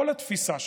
כל התפיסה שלכם,